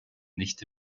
nicht